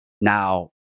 Now